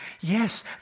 Yes